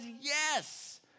yes